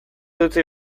utzi